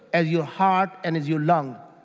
as your heart and as your lung,